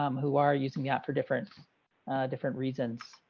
um who are using the app for different different reasons.